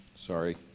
Sorry